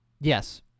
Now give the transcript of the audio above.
Yes